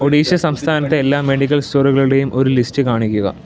ഒഡീഷ സംസ്ഥാനത്തെ എല്ലാ മെഡിക്കൽ സ്റ്റോറുകളുടെയും ഒരു ലിസ്റ്റ് കാണിക്കുക